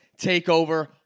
Takeover